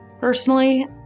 Personally